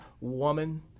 woman